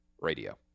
radio